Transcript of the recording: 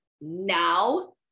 now